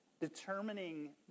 Determining